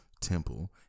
temple